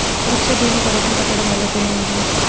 సురక్ష భీమా పథకం కట్టడం వలన ఉపయోగం ఏమిటి?